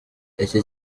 iki